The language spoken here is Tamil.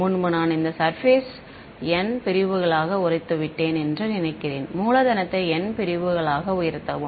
முன்பு நான் இந்த சர்பேஸ் N பிரிவுகளாக உடைத்துவிட்டேன் என்று நினைக்கிறேன் மூலதனத்தை N பிரிவுகளாக உயர்த்தவும்